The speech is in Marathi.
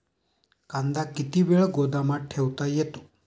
कांदा किती वेळ गोदामात ठेवता येतो?